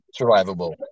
survivable